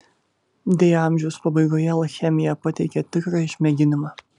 deja amžiaus pabaigoje alchemija pateikė tikrą išmėginimą